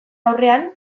aurrean